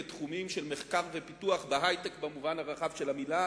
בתחומים של מחקר ופיתוח בהיי-טק במובן הרחב של המלה,